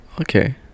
Okay